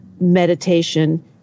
meditation